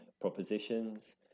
propositions